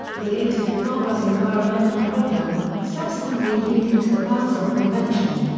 created a far worse environmental problem, subsequently leading to the basel convention.